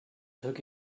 took